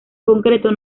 concreto